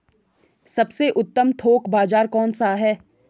सबसे उत्तम थोक बाज़ार कौन सा है?